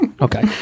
okay